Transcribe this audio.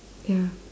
ya